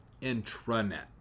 Intranet